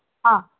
हा